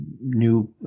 new